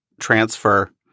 transfer